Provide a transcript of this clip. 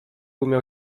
umiał